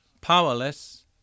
Powerless